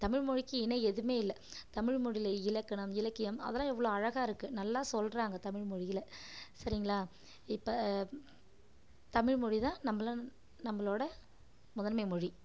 தமிழ்மொழிக்கு இணை எதுவுமே இல்லை தமிழ் மொழியில் இலக்கணம் இலக்கியம் அதெலாம் எவ்வளோ அழகாயிருக்கு நல்லா சொல்கிறாங்க தமிழ் மொழியில் சரிங்களா இப்போ தமிழ் மொழிதான் நம்மள நம்மளோட முதன்மை மொழி